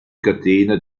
catena